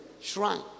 shrine